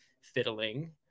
fiddling